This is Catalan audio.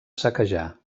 saquejar